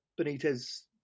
Benitez